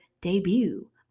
debut